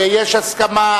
ויש הסכמה.